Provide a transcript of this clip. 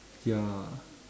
ya